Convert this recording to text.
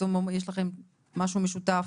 יש לכם משהו משותף?